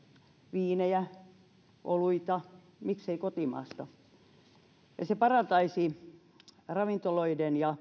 viinejä ja oluita miksei kotimaasta se parantaisi ravintoloiden ja